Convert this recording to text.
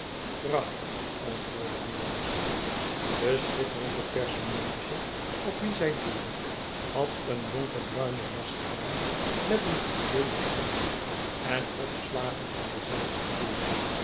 prachtig antwoordde de jongste deschitterende personage op wien zij doelden had een donker bruinen jas aan met een fluweelen kraag en opslagen van dezelfde kleur